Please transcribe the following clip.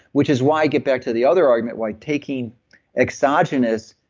which is why i get back to the other argument why taking exogenous